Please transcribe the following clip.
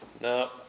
No